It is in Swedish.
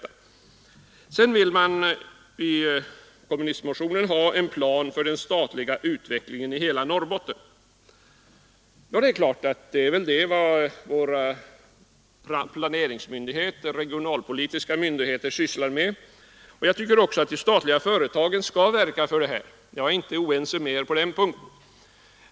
I en kommunistmotion föreslås också en plan för den statliga utvecklingen i hela Norrbotten. Det är väl vad våra planeringsmyndigheter och regionalpolitiska myndigheter sysslar med att göra. Jag tycker också att de statliga företagen skall verka för det — jag är inte oense med er på den punkten.